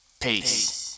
Peace